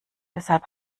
deshalb